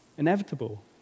Inevitable